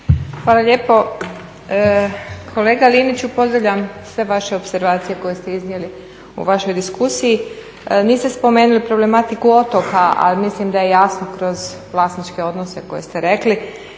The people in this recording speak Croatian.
Hvala lijepo. Kolega Liniću pozdravljam sve vaše opservacije koje ste iznijeli u vašoj diskusiji. Niste spomenuli problematiku otoka a mislim da je jasno kroz vlasničke odnose koje ste rekli,